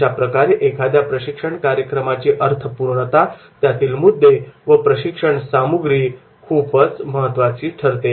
अशा प्रकारे एखाद्या प्रशिक्षण कार्यक्रमाची अर्थपूर्णता त्यातील मुद्दे व प्रशिक्षण सामग्री खूपच महत्त्वाची ठरते